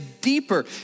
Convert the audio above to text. deeper